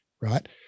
Right